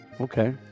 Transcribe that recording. Okay